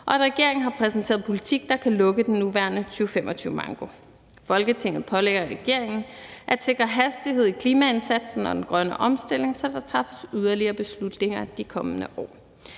og at regeringen har præsenteret politik, der kan lukke den nuværende 2025-manko. Folketinget pålægger regeringen at sikre hastighed i klimaindsatsen og den grønne omstilling, så der træffes yderligere beslutninger de kommende år.